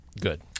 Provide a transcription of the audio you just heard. Good